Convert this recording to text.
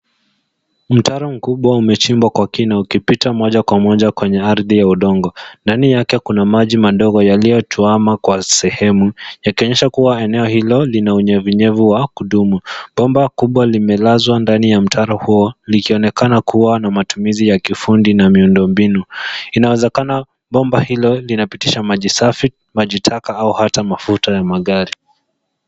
Mtaro mkubwa umechimbwa kwa kina ukipita moja kwa moja kwenye ardhi ya udongo. Ndani yake kuna maji madogo yaliyotuama kwa sehemu yakionyesha kuwa eneo hilo lina unyevunyevu wa kudumu. Bomba kubwa limelazwa ndani ya mtaro huo likionekana kuwa na matumizi ya kifundi na miundo mbinu. Inawezekana bomba hilo linapitisha maji safi, maji taka au hata mafuta ya magari.